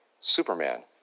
Superman